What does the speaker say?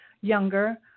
younger